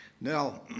Now